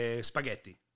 spaghetti